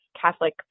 Catholic